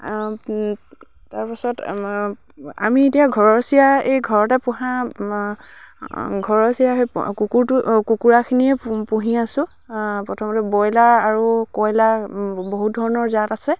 তাৰ পাছত আমি এতিয়া ঘৰচীয়া এই ঘৰতে পোহা ঘৰচীয়া সেই কুকুৰটো কুকুৰাখিনিয়ে পুহি আছো প্ৰথমতে ব্ৰইলাৰ আৰু কইলাৰ বহুত ধৰণৰ জাত আছে